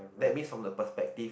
that means from the perspective